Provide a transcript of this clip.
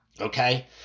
Okay